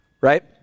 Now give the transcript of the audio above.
right